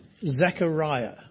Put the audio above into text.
Zechariah